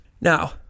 Now